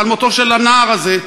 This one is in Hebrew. ועל מותו של הנער הזה,